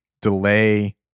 delay